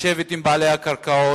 לשבת עם בעלי הקרקעות,